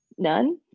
none